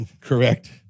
correct